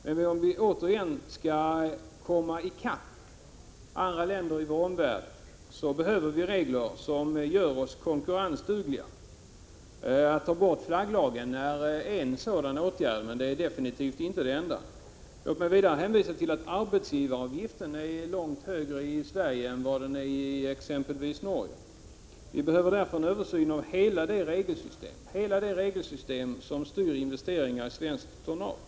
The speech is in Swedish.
Men om vi återigen skall komma i kapp andra länder i vår omvärld behöver vi regler som gör oss konkurrensdugliga. Att ta bort flagglagen är en sådan åtgärd, men det är definitivt inte den enda. Låt mig vidare hänvisa till att arbetsgivaravgiften är långt högre i Sverige än i exempelvis Norge. Vi behöver därför en översyn av hela det regelsystem som styr investeringar i svenskt tonnage.